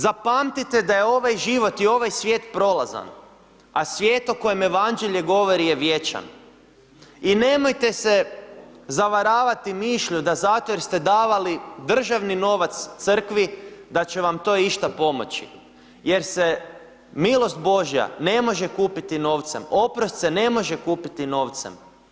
Zapamtite da je ovaj život i ovaj svijet prolazan, a svijet o kojem Evanđelje govori je vječan i nemojte se zavaravati mišlju da zato jer ste davali državni novac crkvi da će vam to išta pomoći jer se milost Božja ne može kupiti novcem, oprost se ne može kupiti novcem.